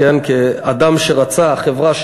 כאדם שרצה חברה,